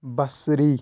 بصری